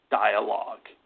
dialogue